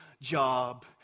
job